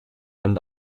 ende